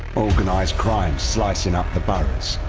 organized crime slicing up the boroughs,